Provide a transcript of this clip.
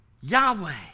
Yahweh